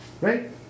right